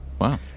wow